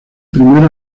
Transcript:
primero